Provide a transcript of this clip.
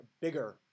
bigger